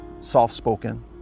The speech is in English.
soft-spoken